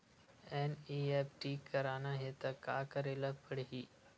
NEFT करना हे त का करे ल पड़हि?